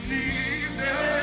Jesus